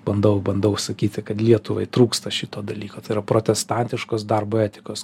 bandau bandau sakyti kad lietuvai trūksta šito dalyko tai yra protestantiškos darbo etikos